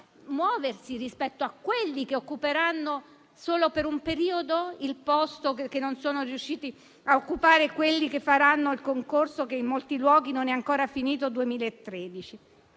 muoversi rispetto a quelli che occuperanno solo per un periodo il posto che non sono riusciti a occupare quelli che faranno il concorso, che in molti luoghi non è ancora finito.